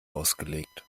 ausgelegt